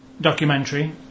documentary